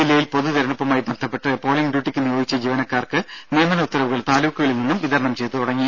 ജില്ലയിൽ പൊതു തിരഞ്ഞെടുപ്പുമായി ബന്ധപ്പെട്ട് പോളിംഗ് ഡ്യൂട്ടിക്ക് നിയോഗിച്ച ജീവനക്കാർക്ക് നിയമന ഉത്തരവുകൾ താലൂക്കുകളിൽ നിന്നും വിതരണം ചെയ്തു തുടങ്ങി